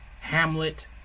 Hamlet